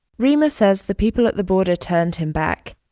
reema says the people at the border turned him back,